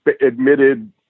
admitted